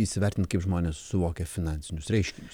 įsivertint kaip žmonės suvokia finansinius reiškinius